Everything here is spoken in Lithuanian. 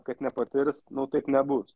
kad nepatirs nu taip nebus